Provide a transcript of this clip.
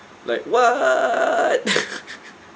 like what